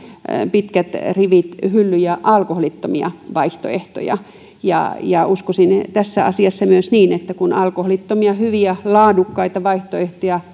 pitkät rivit hyllyjä alkoholittomia vaihtoehtoja ja uskoisin tässä asiassa myös niin että kun on tarjolla monenlaisia hyviä laadukkaita alkoholittomia vaihtoehtoja